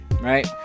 right